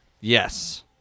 Yes